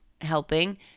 Helping